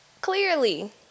Clearly